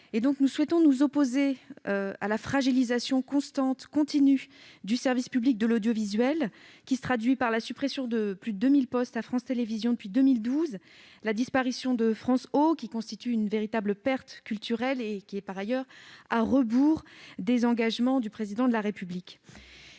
et Territoires s'oppose à la fragilisation continue du service public de l'audiovisuel, qui s'est traduite par la suppression de plus de 2 000 postes à France Télévisions depuis 2012, la disparition de France Ô, qui constitue une véritable perte culturelle et qui va, par ailleurs, à rebours des engagements du Président de la République.